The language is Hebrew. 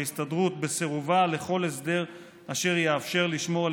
עומדת ההסתדרות בסירובה לכל הסדר אשר יאפשר לשמור על